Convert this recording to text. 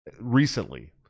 recently